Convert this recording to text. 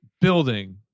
building